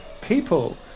people